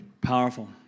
Powerful